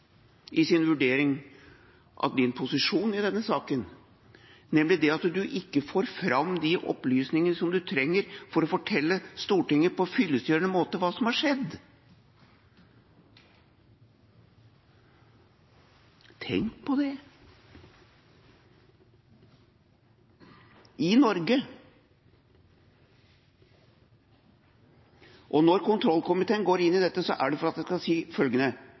i sin vurdering av hennes posisjon i denne saken, nemlig det at hun ikke får fram de opplysningene som hun trenger for å fortelle Stortinget på fyllestgjørende måte hva som har skjedd: Tenk på det – i Norge! Og når kontrollkomiteen går inn i dette, er det fordi jeg skal kunne si følgende: